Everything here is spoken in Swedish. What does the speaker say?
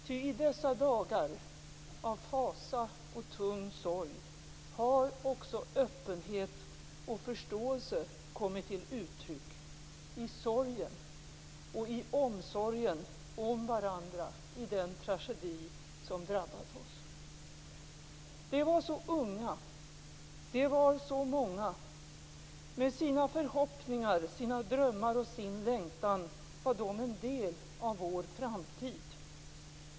Ty i dessa dagar av fasa och tung sorg har också öppenhet och förståelse kommit till uttryck - i sorgen och i omsorgen om varandra - i den tragedi som drabbat oss. De var så unga. De var så många. Med sina förhoppningar, sina drömmar och sin längtan var de en del av vår framtid.